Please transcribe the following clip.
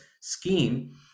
scheme